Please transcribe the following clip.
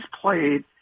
played